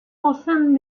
gozan